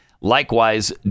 Likewise